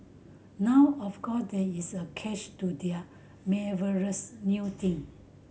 now of course there is a catch to their marvellous new thing